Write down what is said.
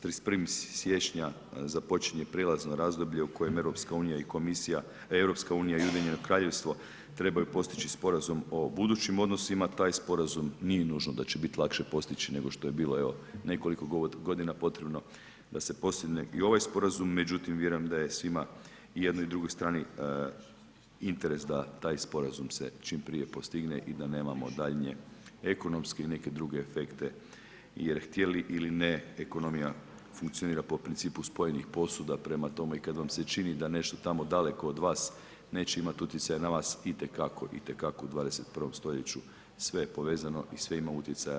S 31. siječnja započinje prijelazno razdoblje u kojem EU i komisija, EU i Ujedinjeno Kraljevstvo trebaju postići sporazum o budućim odnosima, taj sporazum nije nužno da će biti lakše postići nego što je bilo i evo nekoliko godina potrebno da se postigne i ovaj sporazum, međutim vjerujem da je svima i jednoj i drugoj strani interes da taj sporazum se čim prije postigne i da nemamo daljnje ekonomske i neke druge efekte jer htjeli ili ne ekonomija funkcionira po principu spojenih posuda prema tome i kad vam se čini da nešto tamo daleko od vas neće ima utjecaja na vas itekako, itekako u 21. stoljeću sve je povezano i sve ima utjecaja.